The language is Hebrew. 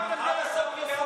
כספים קואליציוניים,